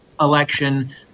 election